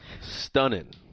stunning